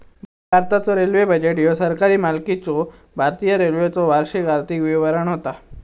भारताचो railway budget ह्यो सरकारी मालकीच्यो भारतीय रेल्वेचो वार्षिक आर्थिक विवरण होता